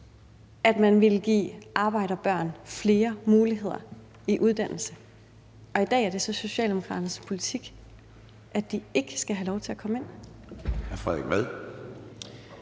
at man ville give arbejderbørn flere muligheder med hensyn til uddannelse, men i dag er det så Socialdemokraternes politik, at de ikke skal have lov til at komme ind.